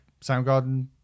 Soundgarden